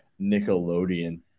Nickelodeon